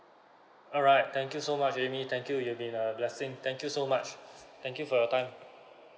alright thank you so much amy thank you've been a blessing thank you so much thank you for your time